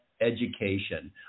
education